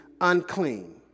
unclean